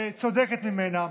צודקת ממנה,